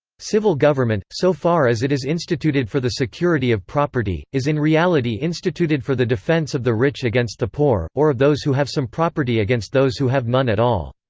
civil government, so far as it is instituted for the security of property, is in reality instituted for the defence of the rich against the poor, or of those who have some property against those who have none at all.